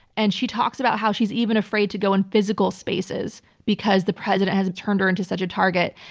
and she talks about how she's even afraid to go in physical spaces because the president has turned her into such a target.